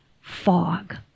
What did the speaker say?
fog